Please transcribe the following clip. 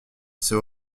c’est